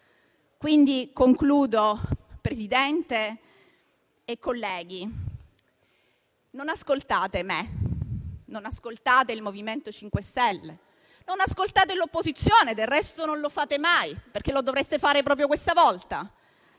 In conclusione, Presidente, colleghi, non ascoltate me, non ascoltate il MoVimento 5 Stelle, non ascoltate l'opposizione; del resto non lo fate mai, perché lo dovreste fare proprio questa volta?